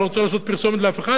אני לא רוצה לעשות פרסומת לאף אחד,